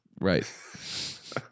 Right